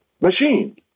Machine